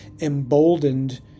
emboldened